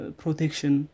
protection